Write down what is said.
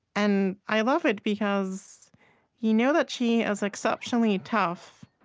and i love it, because you know that she is exceptionally tough,